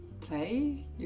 Play